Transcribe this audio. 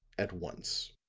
at once.